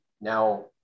Now